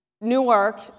Newark